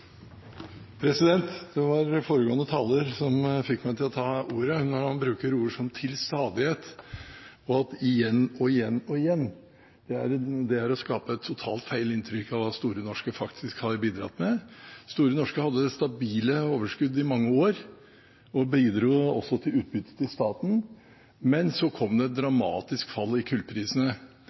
Det var foregående taler som fikk meg til å ta ordet. Når han bruker ord som «til stadighet» og igjen og igjen og igjen, er det å skape et feil inntrykk av hva Store Norske har bidratt med. Store Norske hadde stabile overskudd i mange år og bidro til utbytte til staten, men så kom det et dramatisk fall i kullprisene.